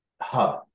hub